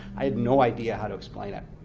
i had no idea how to explain it.